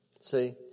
See